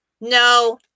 No